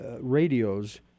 radios